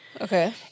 Okay